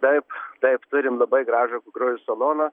taip taip turim labai gražų grožio saloną